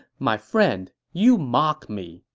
my friend, you mock me,